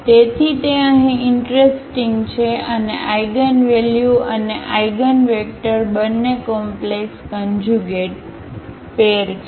તેથી તે અહીં ઈંટરસ્ટિંગ છે અને આઇગનવલ્યુ અને આઇગનવેક્ટર બંને કોમ્પ્લેક્સ કન્જ્યુગેટ પેર છે